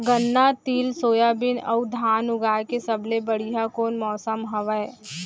गन्ना, तिल, सोयाबीन अऊ धान उगाए के सबले बढ़िया कोन मौसम हवये?